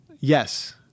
yes